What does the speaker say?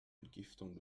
entgiftung